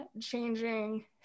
changing